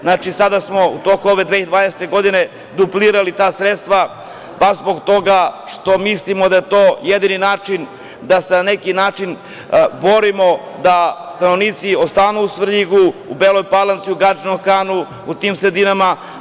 Znači, sada smo u toku 2020. godine duplirali ta sredstva, baš zbog toga što mislimo da je to jedini način da se na neki način borimo da stanovnici ostanu u Svrljigu, u Beloj Palanci, u Gadžinom Hanu, u tim sredinama.